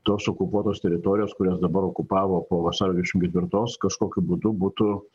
tos okupuotos teritorijos kurias dabar okupavo po vasario dvidešim ketvirtos kažkokiu būdu būtų